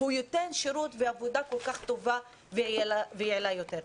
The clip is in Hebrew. הוא ייתן שירות ועבודה כל כך טובה ויעילה יותר.